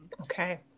Okay